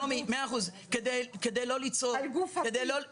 על גופתי.